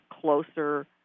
closer